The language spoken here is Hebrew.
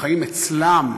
החיים אצלם,